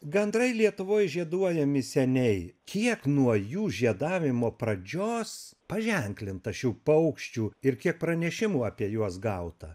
gandrai lietuvoj žieduojami seniai kiek nuo jų žiedavimo pradžios paženklinta šių paukščių ir kiek pranešimų apie juos gauta